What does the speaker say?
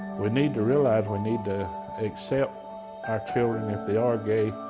we need to realize, we need to accept our children if they are gay,